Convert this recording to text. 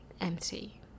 empty